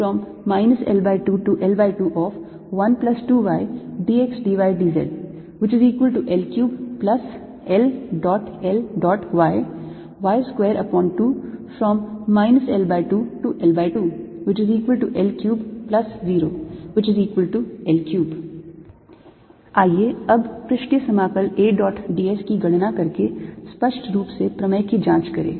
L2L2L30L3 आइए अब पृष्ठीय समाकल A dot d s की गणना करके स्पष्ट रूप से प्रमेय की जाँच करें